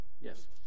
Yes